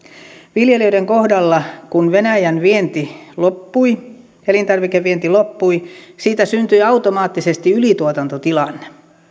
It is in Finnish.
viljelijöiden kohdalla kun venäjän vienti loppui elintarvikevienti loppui siitä syntyi automaattisesti ylituotantotilanne